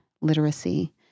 literacy